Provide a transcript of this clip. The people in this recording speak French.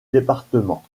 département